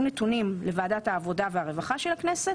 נתונים לוועדת העבודה והרווחה של הכנסת,